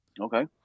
okay